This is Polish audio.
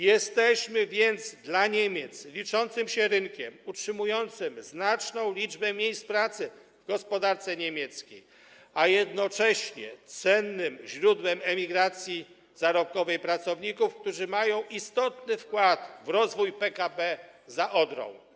Jesteśmy więc dla Niemiec liczącym się rynkiem, utrzymującym znaczną liczbę miejsc pracy w gospodarce niemieckiej, a jednocześnie cennym źródłem z tytułu emigracji zarobkowej pracowników, którzy mają istotny wkład w rozwój PKB za Odrą.